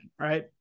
right